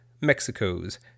Mexico's